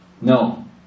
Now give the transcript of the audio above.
No